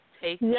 take